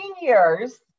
years